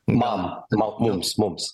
man tai man mums mums